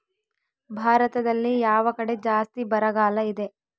ಭಾರತದಲ್ಲಿ ಯಾವ ಕಡೆ ಜಾಸ್ತಿ ಬರಗಾಲ ಇದೆ?